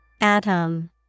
Atom